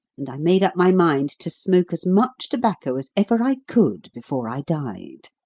and i made up my mind to smoke as much tobacco as ever i could before i died.